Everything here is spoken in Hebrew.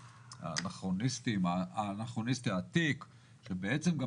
האנכרוניסטי העתיק שבעצם גם